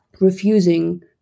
refusing